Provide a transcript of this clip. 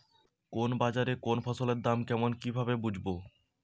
কোন বাজারে কোন ফসলের দাম কেমন কি ভাবে বুঝব?